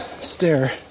stair